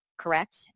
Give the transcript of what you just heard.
correct